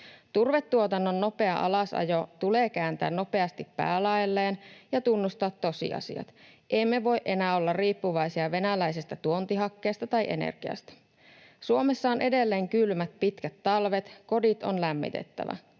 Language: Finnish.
Turvetuotannon nopea alasajo tulee kääntää nopeasti päälaelleen ja tunnustaa tosiasiat. Emme voi enää olla riippuvaisia venäläisestä tuontihakkeesta tai energiasta. Suomessa on edelleen kylmät, pitkät talvet. Kodit on lämmitettävä.